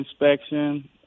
inspection